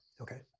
Okay